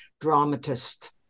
dramatist